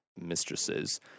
mistresses